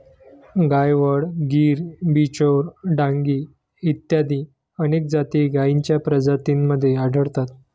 गायवळ, गीर, बिचौर, डांगी इत्यादी अनेक जाती गायींच्या प्रजातींमध्ये आढळतात